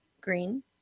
Green